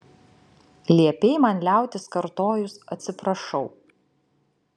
liepei man liautis kartojus atsiprašau